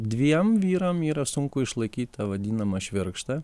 dviem vyram yra sunku išlaikyti tą vadinamą švirkštą